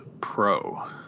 Pro